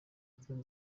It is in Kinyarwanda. gukora